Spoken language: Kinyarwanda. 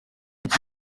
mike